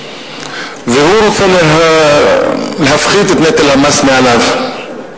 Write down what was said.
והוא רוצה להפחית את נטל המס מעליו.